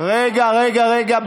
רגע, רגע, רגע.